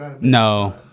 No